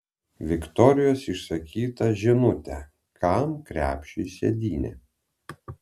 viktorijos išsakytą žinutę kam krepšiui sėdynė